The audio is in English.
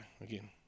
Again